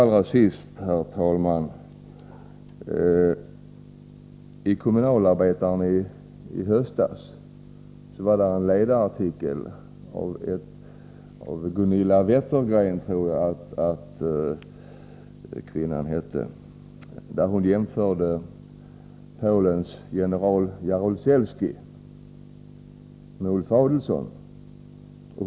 I höstas fanns i ett nummer av Kommunalarbetaren en ledarartikel av en kvinna som jag tror hette Gunilla Wettergren, där hon jämförde Polens general Jaruzelski med Ulf Adelsohn.